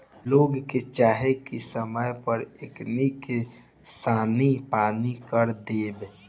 लोग के चाही की समय पर एकनी के सानी पानी कर देव